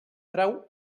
trau